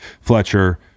Fletcher